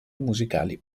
musicali